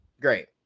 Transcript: Great